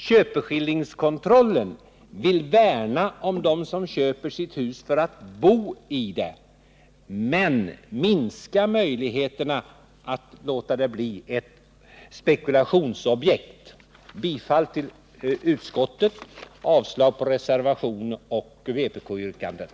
Köpeskillingskontrollen vill värna om dem som köper sitt hus för att bo i det men minska möjligheterna att låta det bli ett spekulationsobjekt. Jag yrkar bifall till utskottets hemställan och avslag på reservationen och vpk-yrkandet.